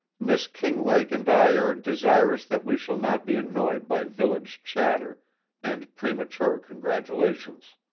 miss kinglake and i are desirous that we shall not be annoyed by village chatter and premature congratulations.